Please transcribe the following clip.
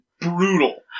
Brutal